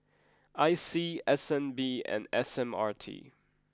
I C S N B and S M R T